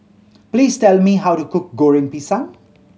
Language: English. please tell me how to cook Goreng Pisang